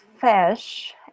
fish